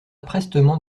prestement